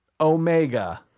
Omega